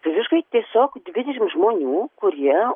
fiziškai tiesiog dvidešimt žmonių kurie